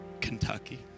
Kentucky